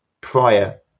prior